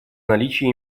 наличии